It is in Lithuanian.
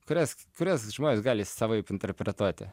kurias kurias žmonės gali savaip interpretuoti